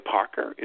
Parker